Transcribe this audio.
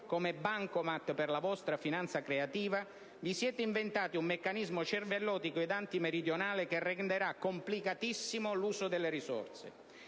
come Bancomat per la vostra finanza creativa, avete inventato un meccanismo cervellotico e antimeridionale che renderà complicatissimo l'uso delle risorse.